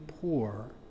poor